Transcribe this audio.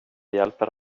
hjälper